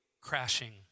crashing